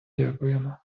дякуємо